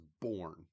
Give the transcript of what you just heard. born